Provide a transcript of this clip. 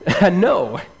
No